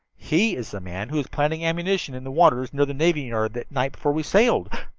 he is the man who was planting ammunition in the waters near the navy yard that night before we sailed!